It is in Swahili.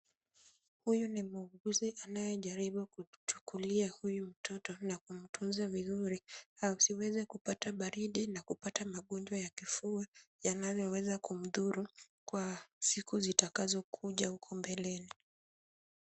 Huyu ni muuguzi anayejaribu kuchukulia huyu mtoto na kumtunza vizuri asiweze kupata baridi na kupata magonjwa ya kifua yanayoweza kumdhuru kwa siku zitakazokuja mbeleni.